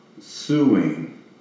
suing